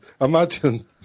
imagine